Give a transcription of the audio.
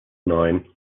neun